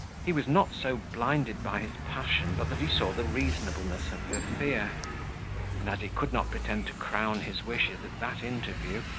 he was not so blinded by his passion, but that he saw the reasonableness of her fear and as he could not pretend to crown his wishes at that interview,